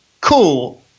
cool